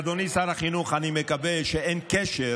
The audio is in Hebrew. אדוני שר החינוך, אני מקווה שאין קשר